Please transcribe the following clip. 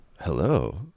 hello